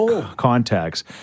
Contacts